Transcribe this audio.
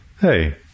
hey